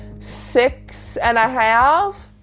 six and a half.